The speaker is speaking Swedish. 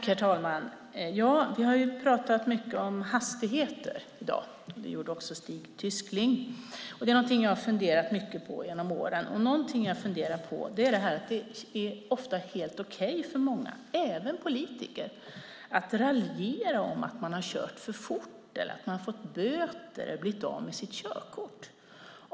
Herr talman! Vi har pratat mycket om hastigheter i dag. Det gjorde också Lars Tysklind. Det är någonting jag har funderat mycket på genom åren. Någonting som jag har funderat på är att det ofta är helt okej för många, även politiker, att raljera om att man har kört för fort, att man har fått böter eller blivit av med sitt körkort.